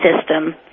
system